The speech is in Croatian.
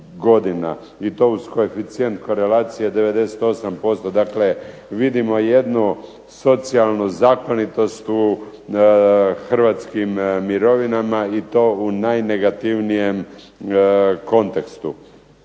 i to uz koeficijent korelacije 98%. Dakle, vidimo jednu socijalnu zakonitost u hrvatskim mirovinama i to u najnegativnijem kontekstu.